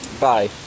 Bye